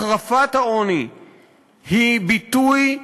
החרפת העוני היא ביטוי,